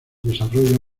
desarrolla